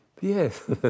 Yes